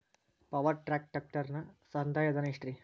Power track ಟ್ರ್ಯಾಕ್ಟರನ ಸಂದಾಯ ಧನ ಎಷ್ಟ್ ರಿ?